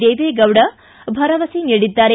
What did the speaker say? ದೇವೇಗೌಡ ಭರವಸೆ ನೀಡಿದ್ದಾರೆ